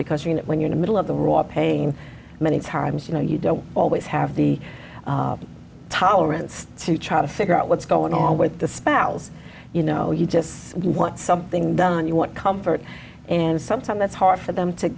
know when you're the middle of the raw pain many times you know you don't always have the tolerance to try to figure out what's going on with the spouse you know you just want something done you want comfort and sometimes that's hard for them to